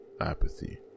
apathy